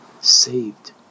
saved